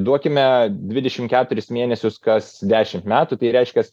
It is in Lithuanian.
duokime dvidešimt keturis mėnesius kas dešimt metų tai reiškiasi